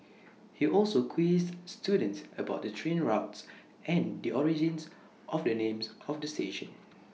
he also quizzed students about the train routes and the origins of the names of stations